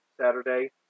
Saturday